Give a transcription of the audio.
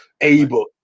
able